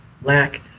black